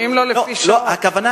שיזם חברנו חבר הכנסת משה מוץ מטלון,